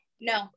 no